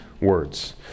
words